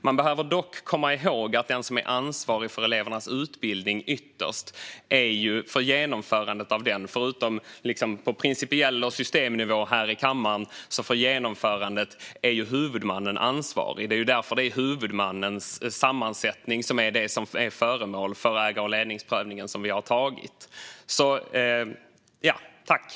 Man behöver dock komma ihåg att den som ytterst är ansvarig för genomförandet av elevernas utbildning, förutom på principiell nivå och systemnivå vi här i kammaren, är huvudmannen. Det är därför det är huvudmannens sammansättning som är föremål för den ägar och ledningsprövning som vi har beslutat.